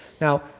Now